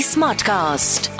Smartcast